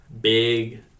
Big